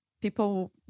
people